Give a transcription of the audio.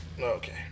Okay